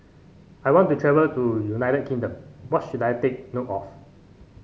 I want to travel to United Kingdom what should I take note of